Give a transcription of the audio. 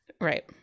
Right